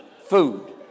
food